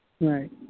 Right